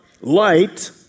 light